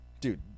Dude